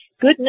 Good